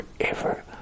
forever